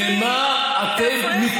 אז למה אתם לא עושים מה שהם עשו?